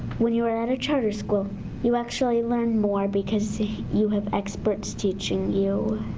when you are at a charter school you actually learn more because you have experts teaching you.